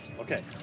Okay